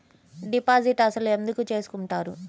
Deposit అసలు ఎందుకు చేసుకుంటారు?